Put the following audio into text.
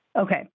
Okay